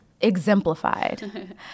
exemplified